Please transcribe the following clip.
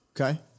Okay